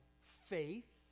faith